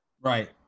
right